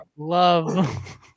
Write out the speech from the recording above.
Love